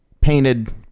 painted